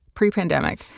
pre-pandemic